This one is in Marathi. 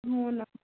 हो ना